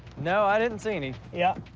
no, i didn't see any. yeah